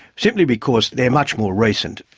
simply because they're much more recent.